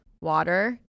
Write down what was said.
water